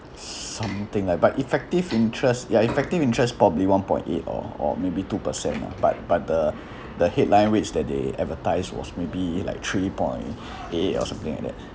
something like but effective interest ya effective interest probably one point eight or or maybe two percent lah but but the the headline rates that they advertise was maybe like three point eight or something like that